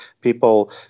people